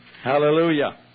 Hallelujah